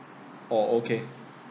orh okay